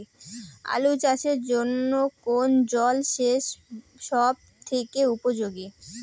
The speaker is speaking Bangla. আলু চাষের জন্য কোন জল সেচ সব থেকে উপযোগী?